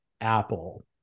Apple